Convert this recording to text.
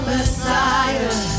Messiah